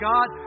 God